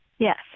Yes